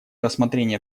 рассмотрение